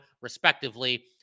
respectively